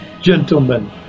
gentlemen